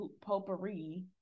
potpourri